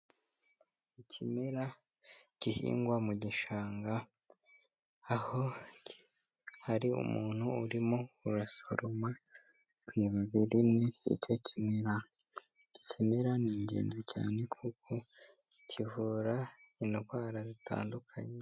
Ikimera gihingwa mu gishanga, aho hari umuntu urimo urasoroma ku ibabi rimwe ry'icyo kimera, iki kimera ni ingenzi cyane kuko kivura indwara zitandukanye.